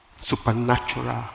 supernatural